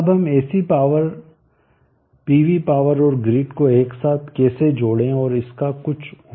अब हम ऐसी पीवी पावर और ग्रिड को एक साथ कैसे जोड़ें और इसका कुछ उपयोग करें